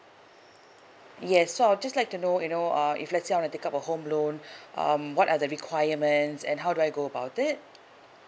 yes so I'd just like to know you know uh if let's say I will take up a home loan um what are the requirements and how do I go about it